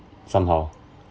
somehow